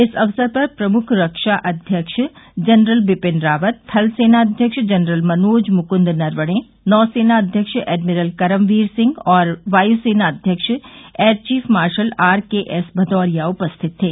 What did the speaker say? इस अवसर पर प्रमुख रक्षा अध्यक्ष जनरल विपिन रावत थल सेना अध्यक्ष जनरल मनोज मुकूद नरवणे नौ सेना अध्यक्ष एडमिरल करमवीर सिंह और वायुसेना अध्यक्ष air chief marshal R K S Bhadauria उपस्थित थे